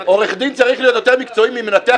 עורך דין צריך להיות יותר מקצועי ממנתח כירורגי ומטייס?